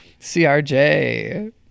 CRJ